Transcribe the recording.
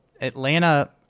Atlanta